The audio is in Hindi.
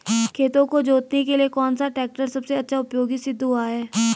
खेतों को जोतने के लिए कौन सा टैक्टर सबसे अच्छा उपयोगी सिद्ध हुआ है?